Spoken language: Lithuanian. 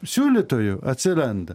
siūlytojų atsiranda